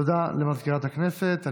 תודה לסגנית מזכירת הכנסת.